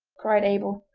cried abel,